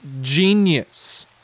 genius